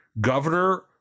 governor